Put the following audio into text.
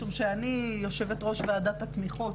משום שאני יושבת ראש ועדת התמיכות,